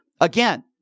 Again